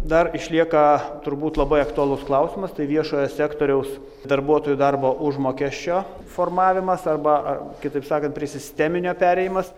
dar išlieka turbūt labai aktualus klausimas tai viešojo sektoriaus darbuotojų darbo užmokesčio formavimas arba ar kitaip sakant prie sisteminio perėjimas